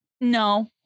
no